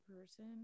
person